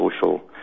social